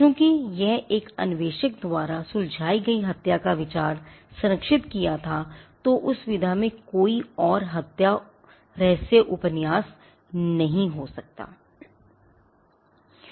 चूँकि एक अन्वेषक द्वारा सुलझाई जा रही हत्या का एक विचार संरक्षित किया गया था तो उस विधा में कोई और हत्या रहस्य उपन्यास नहीं हो सकता है